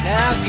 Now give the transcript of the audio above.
Now